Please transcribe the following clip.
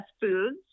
foods